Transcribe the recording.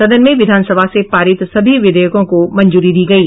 सदन में विधानसभा से परित सभी विधेयकों को मंजूरी दी गयी